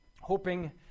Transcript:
hoping